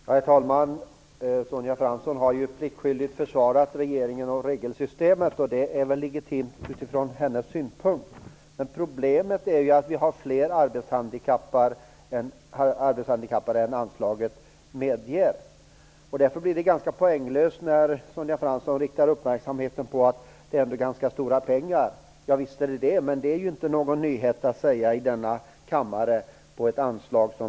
Herr talman! Sonja Fransson har pliktskyldigt försvarat regeringen och regelsystemet. Det är väl legitimt utifrån hennes synpunkt. Problemet är ju att vi har fler arbetshandikappade än anslaget medger. Därför blir det ganska poänglöst när Sonja Fransson riktar uppmärksamheten på att det ändå är ganska stora pengar. Ja visst är det så, men det är ju inte någon nyhet att framföra här i kammaren.